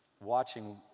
watching